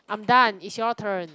I'm done it's your turn